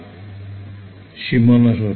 ছাত্র ছাত্রীঃ সীমানা শর্ত